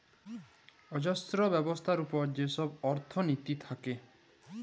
অথ্থ ব্যবস্থার উপর যে ছব অথ্থলিতি থ্যাকে